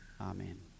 Amen